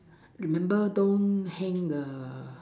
remember don't hang the